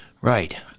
Right